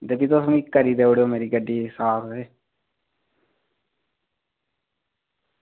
गड्डी तुस मिगी करी देई ओड़ेओ मिगी तुस साफ